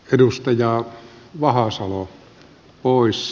edustaja vahasalo pois